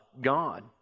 God